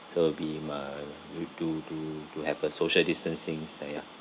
so be may you to to to have a social distancing ah ya